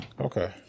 Okay